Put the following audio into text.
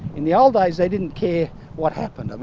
in the old days, they didn't care what happened. and